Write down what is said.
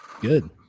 Good